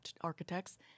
Architects